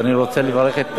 אז אני רוצה לברך את,